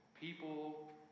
people